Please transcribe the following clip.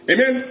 Amen